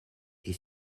est